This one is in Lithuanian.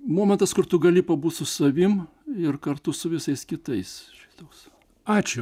momentas kur tu gali pabūti su savim ir kartu su visais kitais tos ačiū